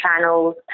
channels